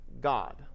God